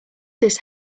this